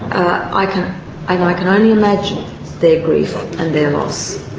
i can i can only imagine their grief and their loss,